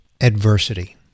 adversity